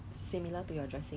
or is it secondary school